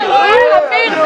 אתה רואה, אמיר?